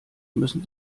müssen